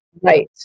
Right